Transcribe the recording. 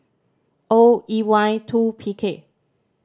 O E Y two P K